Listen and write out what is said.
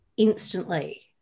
instantly